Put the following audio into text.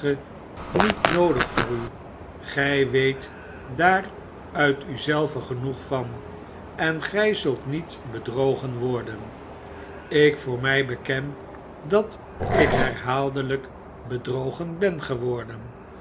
niet noodig voor u gy weet daar uit u zelven genoeg van en gij zult niet bedrogen worden ik voor my beken dat ik herhaaldelyk bedrogen ben geworden